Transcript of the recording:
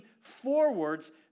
forwards